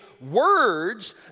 words